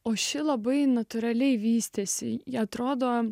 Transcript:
o ši labai natūraliai vystėsi ji atrodo